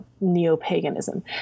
neo-paganism